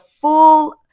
full